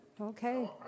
Okay